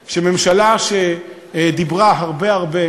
אמיתי, בואו נעשה את זה.